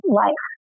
life